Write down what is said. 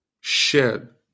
shed